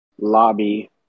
lobby